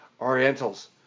Orientals